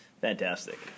Fantastic